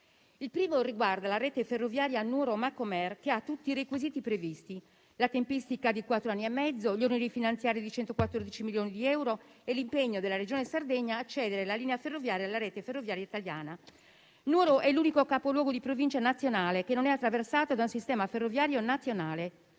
Il primo riguarda la rete ferroviaria Nuoro-Macomer, che ha tutti i requisiti previsti: la tempistica di quattro anni e mezzo, gli oneri finanziari di 114 milioni di euro e l'impegno della Regione Sardegna a cedere la linea ferroviaria alla Rete ferroviaria italiana. Nuoro è l'unico capoluogo di provincia nazionale a non essere attraversato da un sistema ferroviario nazionale.